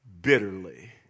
bitterly